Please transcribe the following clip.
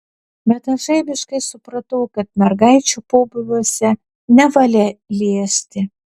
bet aš žaibiškai supratau kad mergaičių pobūviuose nevalia liesti